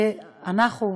אנחנו,